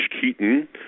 Keaton